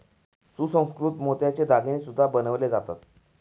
सुसंस्कृत मोत्याचे दागिने सुद्धा बनवले जातात